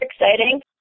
exciting